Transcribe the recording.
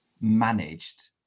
managed